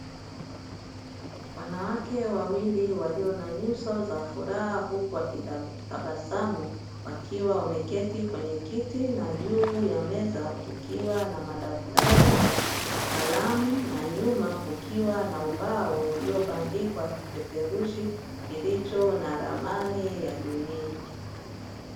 Wanawake wawili, waliyo na nyuso za furaha huku wakitabasamu, wakiwa wameketi kwenye kiti na juu ya meza kukiwa na madaftari, kalamu na nyuma kukiwa na ubao uliobandikwa kipeperushi kilicho na ramani ya dunia.